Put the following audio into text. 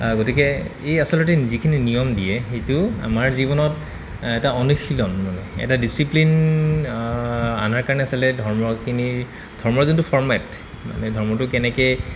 গতিকে এই আচলতে যিখিনি নিয়ম দিয়ে সেইটো আমাৰ জীৱনত এটা অনুশীলন মানে এটা ডিচিপ্লিন আনাৰ কাৰণে আছিলে ধৰ্মখিনিৰ ধৰ্মৰ যোনটো ফৰ্মেট মানে ধৰ্মটো কেনেকে